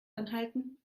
anhalten